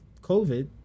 COVID